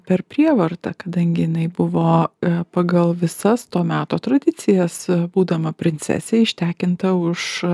per prievartą kadangi jinai buvo pagal visas to meto tradicijas būdama princesė ištekinta už